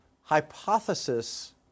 hypothesis